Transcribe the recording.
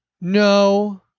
no